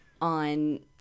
on